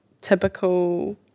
typical